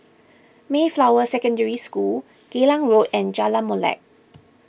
Mayflower Secondary School Geylang Road and Jalan Molek